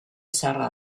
zaharra